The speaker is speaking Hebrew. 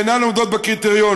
שאינן עומדות בקריטריונים.